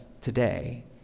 today